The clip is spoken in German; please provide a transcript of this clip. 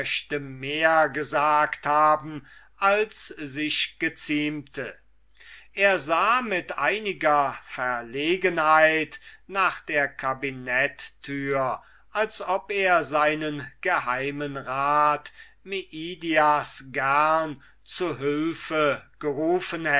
mehr gesagt haben möchte als sich geziemte er sah mit einiger verlegenheit nach der kabinettüre als ob er seinen geheimen rat meidias gerne zu hülfe gerufen